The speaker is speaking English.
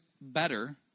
better